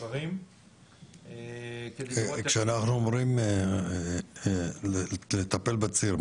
המשוחררים --- כאשר אנחנו אומרים לטפל בציר,